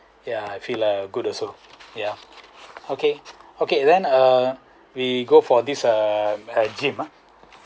ya I feel uh good also ya okay okay then uh we go for this uh a gym ah